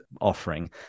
offering